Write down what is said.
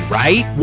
right